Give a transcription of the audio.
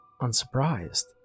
unsurprised